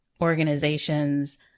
organizations